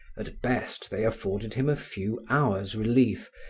at best they afforded him a few hours' relief,